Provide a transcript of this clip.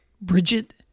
bridget